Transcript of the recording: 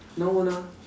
no one lah